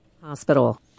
Hospital